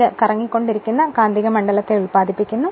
അത് കറങ്ങിക്കൊണ്ടിരിക്കുന്ന കാന്തിക മണ്ഡലത്തെ ഉൽപ്പപാദിപ്പിക്കുന്നു